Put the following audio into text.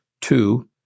Two